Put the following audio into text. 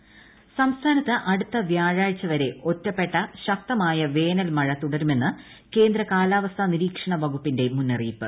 വേനൽമഴ ഇൻട്രോ സംസ്ഥാനത്ത് അടുത്ത വ്യാഴാഴ്ച വരെ ഒറ്റപ്പെട്ട ശക്തമായ വേനൽ മഴ തുടരുമെന്ന് കേന്ദ്രകാലാവസ്ഥാ നിരീക്ഷണ വകുപ്പിന്റെ മുന്നറിയിപ്പ്